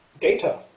data